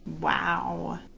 wow